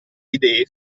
idee